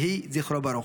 יהי זכרו ברוך.